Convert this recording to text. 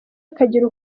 akagira